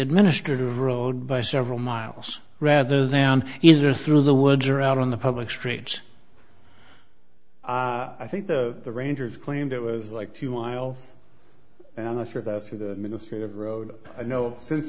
administrative road by several miles rather than either through the woods or out on the public streets i think the rangers claimed it was like to you miles and i think that's the ministry of road i know since